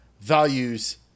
values